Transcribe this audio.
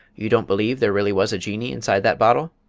you don't believe there really was a jinnee inside that bottle?